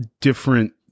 different